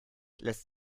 lässt